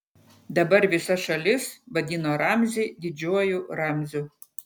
dabar visa šalis vadino ramzį didžiuoju ramziu